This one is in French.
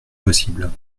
possibles